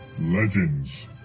Legends